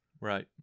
Right